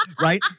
right